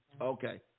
Okay